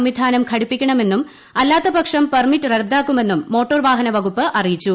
സംവിധാനം ഘടിപ്പിക്കണമെന്നും അല്ലാത്തപക്ഷം പെർമിറ്റ് റദ്ദാക്കുമെന്നും മോട്ടോർ വാഹന വകുപ്പ് അറിയിച്ചു